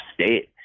state